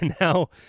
now